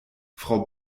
frau